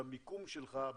במיקום שלך,